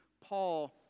Paul